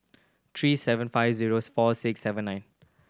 three seven five zero four six seven nine